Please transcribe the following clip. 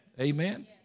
Amen